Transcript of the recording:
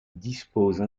disposent